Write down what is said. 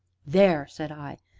there! said i,